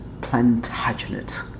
Plantagenet